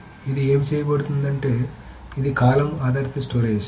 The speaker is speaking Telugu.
కాబట్టి ఇది ఏమి చేయబడుతోంది అంటే ఇది కాలమ్ ఆధారిత స్టోరేజ్